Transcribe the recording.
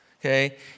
Okay